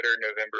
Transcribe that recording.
november